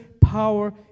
power